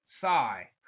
sigh